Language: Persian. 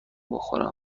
بخورم